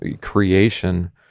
creation